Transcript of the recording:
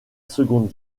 seconde